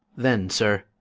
then, sir,